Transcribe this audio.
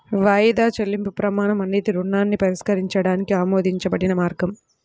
వాయిదా చెల్లింపు ప్రమాణం అనేది రుణాన్ని పరిష్కరించడానికి ఆమోదించబడిన మార్గం